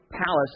palace